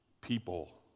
people